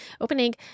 opening